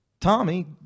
Tommy